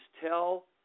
tell